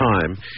time